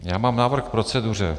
Já mám návrh k proceduře.